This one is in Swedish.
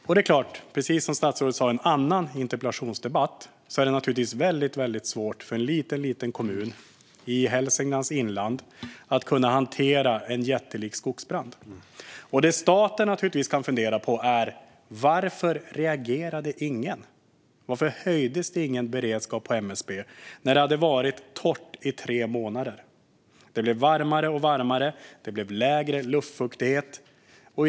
Och precis som statsrådet sa i en annan interpellationsdebatt är det naturligtvis väldigt svårt för en liten kommun i Hälsinglands inland att hantera en jättelik skogsbrand. Det staten kan fundera på är naturligtvis varför ingen reagerade. Varför höjdes inte beredskapen på MSB när det hade varit torrt i tre månader? Det blev varmare och varmare, och luftfuktigheten blev lägre.